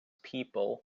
people